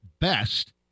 best